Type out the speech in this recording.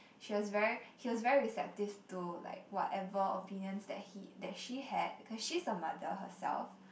she was very he was very receptive to like whatever opinions that he that she had cause she's a mother herself